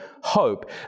hope